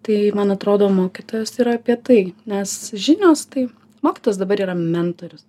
tai man atrodo mokytojas yra apie tai nes žinios tai mokytojas dabar yra mentorius